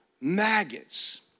maggots